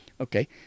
Okay